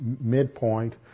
midpoint